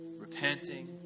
repenting